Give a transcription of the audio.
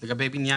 הם מפקחים